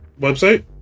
website